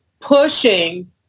pushing